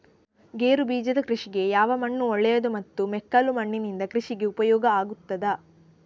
ಗೇರುಬೀಜದ ಕೃಷಿಗೆ ಯಾವ ಮಣ್ಣು ಒಳ್ಳೆಯದು ಮತ್ತು ಮೆಕ್ಕಲು ಮಣ್ಣಿನಿಂದ ಕೃಷಿಗೆ ಉಪಯೋಗ ಆಗುತ್ತದಾ?